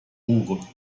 buche